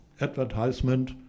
advertisement